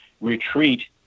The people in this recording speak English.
retreat